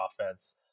offense